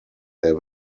der